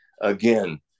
Again